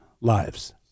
lives